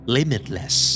Limitless